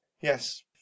yes